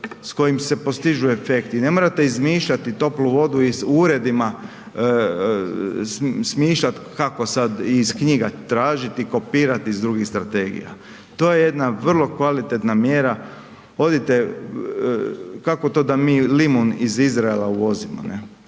s kojim se postižu efekti i ne morate izmišljati toplu vodu iz, u uredima smišljati kako sad i iz knjiga tražiti i kopirati iz drugih strategija. To je jedna vrlo kvalitetna mjera, odite to, kako to da mi limun iz Izraela uvozimo